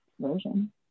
version